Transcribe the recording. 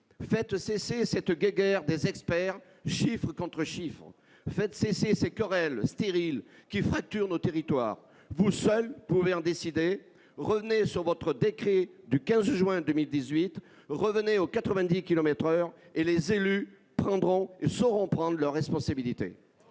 à cette « guéguerre » des experts, chiffres contre chiffres. Faites cesser ces querelles stériles, qui fracturent nos territoires ! Vous seul pouvez le décider. Revenez sur votre décret du 15 juin 2018. Revenez aux 90 kilomètres par heure. Les élus sauront prendre leurs responsabilités.